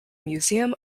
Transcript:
museum